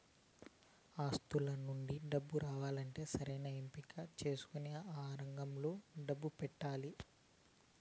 ఆస్తుల నుండి డబ్బు రావాలంటే సరైన ఎంపిక చేసుకొని ఆ రంగంలో డబ్బు పెట్టాలి